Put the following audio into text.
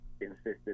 insisted